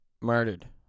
murdered